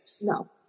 No